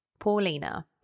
Paulina